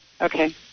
Okay